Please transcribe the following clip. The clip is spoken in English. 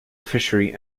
fishery